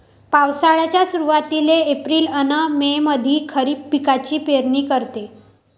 पावसाळ्याच्या सुरुवातीले एप्रिल अन मे मंधी खरीप पिकाची पेरनी करते